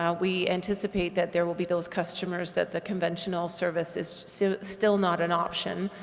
ah we anticipate that there will be those customers that the conventional service is so still not an option,